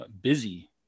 busy